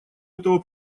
этого